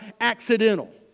accidental